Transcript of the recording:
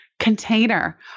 container